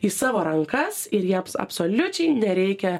į savo rankas ir jie ab absoliučiai nereikia